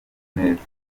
neza